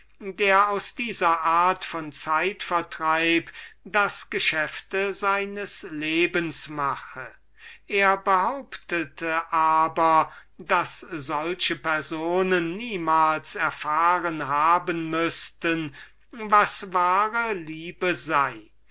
der aus dieser art von zeitvertreib das einzige geschäfte seines lebens mache er behauptete aber daß diese art von leuten niemalen erfahren haben müßte was die wahre liebe sei